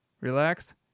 relax